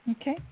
Okay